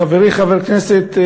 חברי חבר הכנסת,